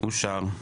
הצבעה אושר.